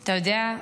אתה יודע,